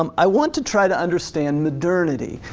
um i want to try to understand modernity.